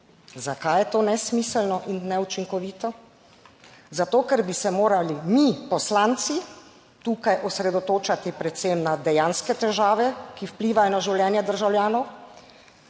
Zakaj je to nesmiselno in neučinkovito? Zato, ker bi se morali mi poslanci tukaj osredotočati predvsem na dejanske težave, ki vplivajo na življenje državljanov,